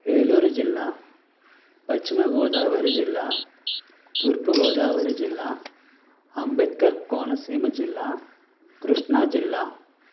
ఏలూరు జిల్లా పశ్చిమ గోదావరి జిల్లా తూర్పు గోదావరి జిల్లా అంబేద్కర్ కోనసీమ జిల్లా కృష్ణాజిల్లా